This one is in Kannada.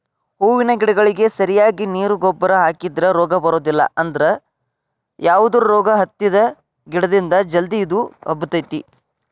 ಹೂವಿನ ಗಿಡಗಳಿಗೆ ಸರಿಯಾಗಿ ನೇರು ಗೊಬ್ಬರ ಹಾಕಿದ್ರ ರೋಗ ಬರೋದಿಲ್ಲ ಅದ್ರ ಯಾವದರ ರೋಗ ಹತ್ತಿದ ಗಿಡದಿಂದ ಜಲ್ದಿ ಇದು ಹಬ್ಬತೇತಿ